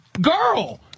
girl